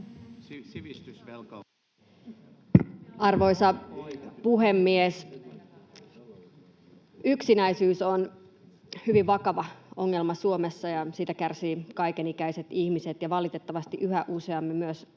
Arvoisa puhemies! Yksinäisyys on hyvin vakava ongelma Suomessa, ja siitä kärsivät kaikenikäiset ihmiset ja valitettavasti yhä useammin myös